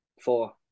Four